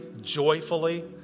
joyfully